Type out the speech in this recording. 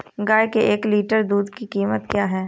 गाय के एक लीटर दूध की कीमत क्या है?